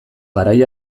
garai